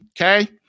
Okay